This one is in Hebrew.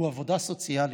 הוא עבודה סוציאלית.